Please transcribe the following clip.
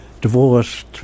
divorced